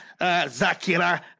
Zakira